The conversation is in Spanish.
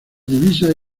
divisas